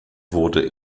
wurde